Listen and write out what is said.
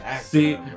See